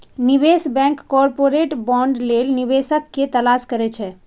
निवेश bank corporate bond लेल निवेशक के तलाश करै छै